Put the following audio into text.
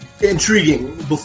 intriguing